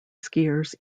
skiers